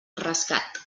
rescat